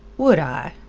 would i?